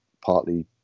partly